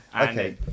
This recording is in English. okay